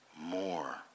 more